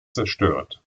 zerstört